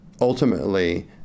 ultimately